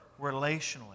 relationally